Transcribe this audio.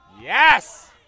Yes